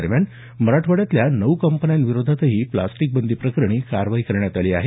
दरम्यान मराठवाड्यातल्या नऊ कंपन्यांविरोधातही प्रास्टिक बंदी प्रकरणी कारवाई करण्यात आली आहे